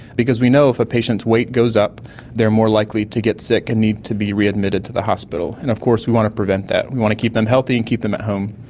because we know if a patient's weight goes up they are more likely to get sick and need to be readmitted to the hospital, and of course we want to prevent that, we want to keep them healthy and keep them at home.